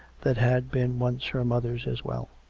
that had been once her mother's as well.